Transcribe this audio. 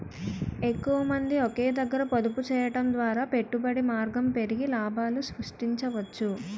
ఎక్కువమంది ఒకే దగ్గర పొదుపు చేయడం ద్వారా పెట్టుబడి మార్గం పెరిగి లాభాలు సృష్టించవచ్చు